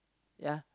ya